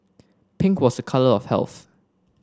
pink was a colour of health